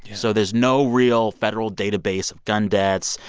so there's no real federal database of gun deaths.